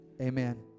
Amen